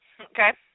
Okay